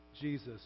Jesus